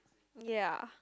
ya